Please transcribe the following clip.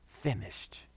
Finished